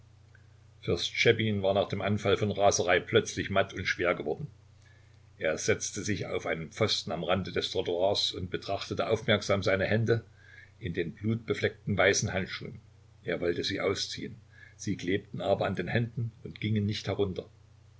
fürst schtschepin war nach dem anfall von raserei plötzlich matt und schwer geworden er setzte sich auf einen pfosten am rande des trottoirs und betrachtete aufmerksam seine hände in den blutbefleckten weißen handschuhen er wollte sie ausziehen sie klebten aber an den händen und gingen nicht herunter